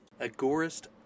Agorist